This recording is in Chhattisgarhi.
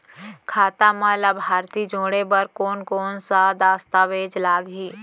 खाता म लाभार्थी जोड़े बर कोन कोन स दस्तावेज लागही?